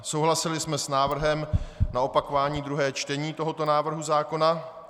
Souhlasili jsme s návrhem na opakování druhého čtení tohoto návrhu zákona.